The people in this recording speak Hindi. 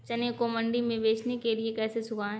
चने को मंडी में बेचने के लिए कैसे सुखाएँ?